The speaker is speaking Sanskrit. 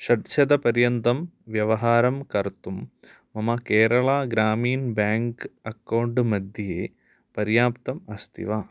षड्शतपर्यन्तं व्यवहारं कर्तुं मम केरळा ग्रामीण् ब्याङ्क् अक्कौण्ट् मध्ये पर्याप्तम् अस्ति वा